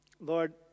Lord